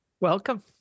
Welcome